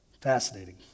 Fascinating